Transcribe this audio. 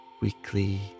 weekly